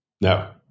No